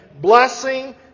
Blessing